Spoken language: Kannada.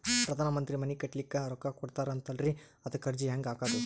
ಪ್ರಧಾನ ಮಂತ್ರಿ ಮನಿ ಕಟ್ಲಿಕ ರೊಕ್ಕ ಕೊಟತಾರಂತಲ್ರಿ, ಅದಕ ಅರ್ಜಿ ಹೆಂಗ ಹಾಕದು?